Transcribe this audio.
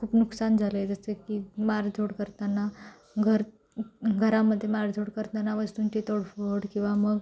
खूप नुकसान झालेलं जसे की मारझोड करताना घर घरामध्ये मारझोड करताना वस्तूंची तोडफोड किंवा मग